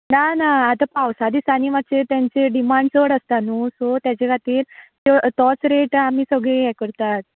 ना ना आतां पावसा दिसांनी मातशें तांचे डिमांड चड आसता न्हू सो ताचे खातीर तोच रेट आमी सगळीं हें करतात